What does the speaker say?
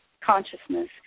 consciousness